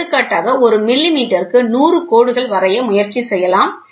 எடுத்துக்காட்டாக ஒரு மில்லிமீட்டருக்கு 100 கோடுகள் வரைய முயற்சி செய்யலாம்